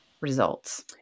results